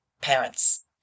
parents